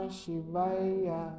Shivaya